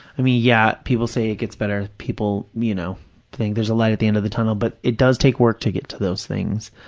i mean, yeah, people say it gets better, people, you know, saying there's a light at the end of the tunnel, but it does take work to get to those things.